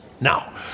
Now